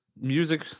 music